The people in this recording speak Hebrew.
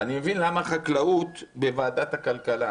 אני מבין למה חקלאות זה בוועדת הכלכלה,